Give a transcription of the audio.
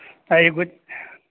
आ एगो